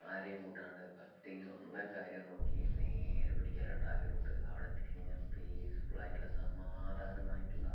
ആരെയും കൂട്ടാണ്ട് ഒറ്റക്ക് സ്വന്തം കാര്യം നോക്കി നേരെ പിടിക്കലാട്ടോ ലഡാക്കലോട്ട് അവിടെ എത്തിക്കഴിഞ്ഞാൽ പീസ്ഫുൾ ആയിട്ടുള്ള സമാധാനമായിട്ടുള്ള